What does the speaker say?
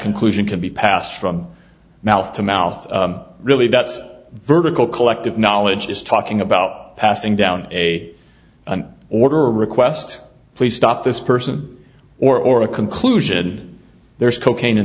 conclusion can be passed from mouth to mouth really that's vertical collective knowledge is talking about passing down a an order request please stop this person or a conclusion there's cocaine in